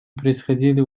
происходили